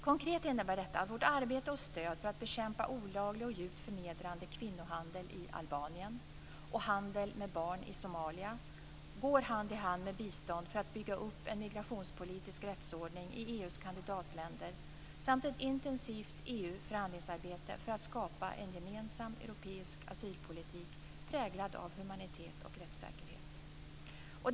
Konkret innebär detta att vårt arbete och stöd för att bekämpa olaglig och djupt förnedrande kvinnohandel i Albanien och handel med barn i Somalia går hand i hand med bistånd för att bygga upp en migrationspolitisk rättsordning i EU:s kandidatländer samt med ett intensivt EU-förhandlingsarbete för att skapa en gemensam europeisk asylpolitik präglad av humanitet och rättssäkerhet.